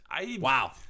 Wow